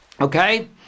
Okay